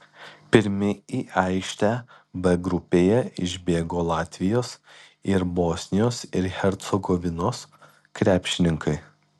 pirmi į aikštę b grupėje išbėgo latvijos ir bosnijos ir hercegovinos krepšininkai